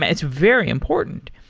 it's very important.